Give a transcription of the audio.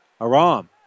Aram